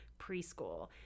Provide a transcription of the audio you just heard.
preschool